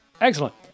Excellent